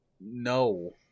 no